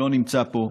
שלא נמצא פה,